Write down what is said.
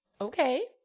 Okay